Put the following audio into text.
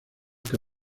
que